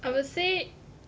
I will say